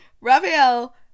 Raphael